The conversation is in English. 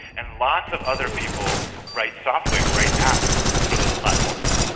and lots of other people write software, write apps for those platforms.